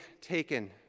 taken